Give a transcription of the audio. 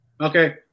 Okay